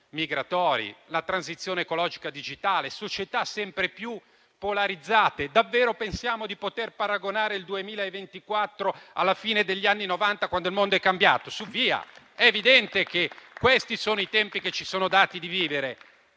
migratori, con la transizione ecologica digitale e società sempre più polarizzate. Davvero pensiamo di poter paragonare il 2024 alla fine degli anni Novanta, quando il mondo è cambiato? È evidente che questi sono i tempi che ci è dato di vivere